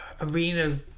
arena